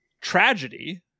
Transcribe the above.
Tragedy